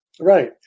Right